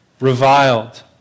reviled